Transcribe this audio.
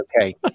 okay